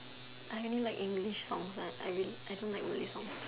I only like English songs I I really I don't like Malay songs